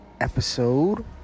episode